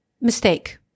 mistake